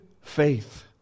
faith